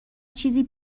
چیزی